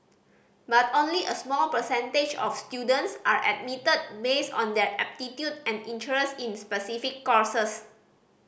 but only a small percentage of students are admitted based on their aptitude and interest in specific courses